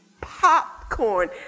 popcorn